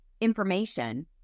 information